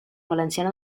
valenciana